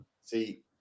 See